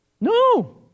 No